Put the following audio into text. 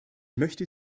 möchte